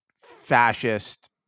fascist